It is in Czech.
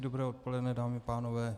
Dobré odpoledne, dámy a pánové.